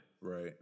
Right